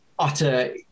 utter